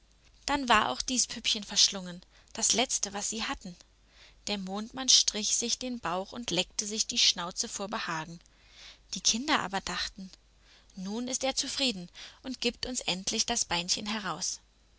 dann war auch dies püppchen verschlungen das letzte was sie hatten der mondmann strich sich den bauch und leckte sich die schnauze vor behagen die kinder aber dachten nun ist er zufrieden und gibt uns endlich das beinchen heraus